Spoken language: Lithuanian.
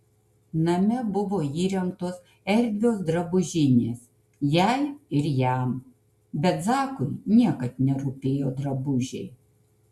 name buvo įrengtos erdvios drabužinės jai ir jam bet zakui niekad nerūpėjo drabužiai